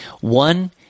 One